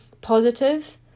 positive